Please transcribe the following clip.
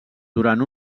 durant